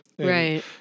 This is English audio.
Right